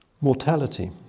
mortality